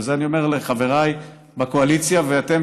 ואת זה אני אומר לחבריי בקואליציה ולכם,